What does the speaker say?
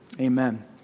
Amen